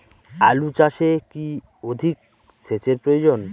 আলু চাষে কি অধিক সেচের প্রয়োজন?